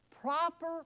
proper